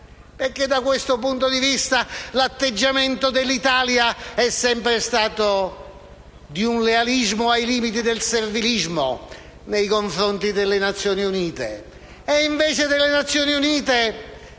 Da questo punto di vista, l'atteggiamento dell'Italia è stato sempre di un lealismo ai limiti del servilismo nei confronti delle Nazioni Unite.